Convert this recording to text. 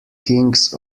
kings